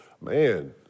Man